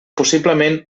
possiblement